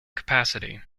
capacity